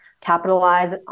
capitalize